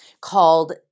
called